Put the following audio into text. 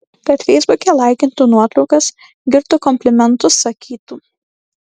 kad feisbuke laikintų nuotraukas girtų komplimentus sakytų